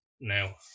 now